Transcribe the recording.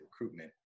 recruitment